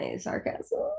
sarcasm